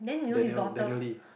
Daniel Daniel-Lee